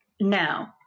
Now